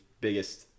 biggest